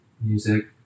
music